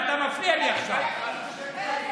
אתה גורם לכך שאתה מפסיד זמן.